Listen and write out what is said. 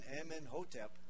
Amenhotep